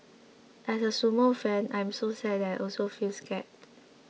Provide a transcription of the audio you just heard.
as a sumo fan I am so sad and also feel scared